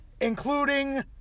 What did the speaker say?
including